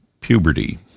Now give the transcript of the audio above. puberty